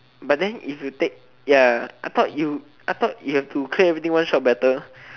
but then if you take ya I thought you I thought you have to clear everything one shot better